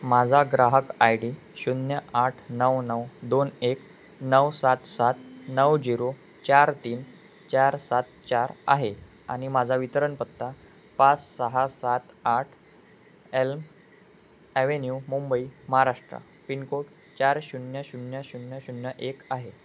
माझा ग्राहक I D शून्य आठ नऊ नऊ दोन एक नऊ सात सात नऊ झिरो चार तीन चार सात चार आहे आणि माझा वितरण पत्ता पाच सहा सात आठ L avenue Mumbai Maharashtra pin code चार शून्य शून्य शून्य शून्य एक आहे